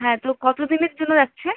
হ্যাঁ তো কত দিনের জন্য যাচ্ছেন